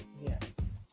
yes